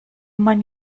mein